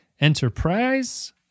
Enterprise